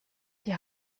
die